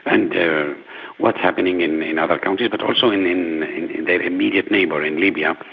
and what's happening in in other countries, but also in in their immediate neighbour, in libya,